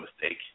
mistake